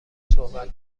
صحبت